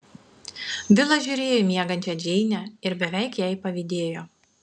vilas žiūrėjo į miegančią džeinę ir beveik jai pavydėjo